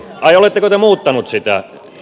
ai oletteko te muuttaneet sitä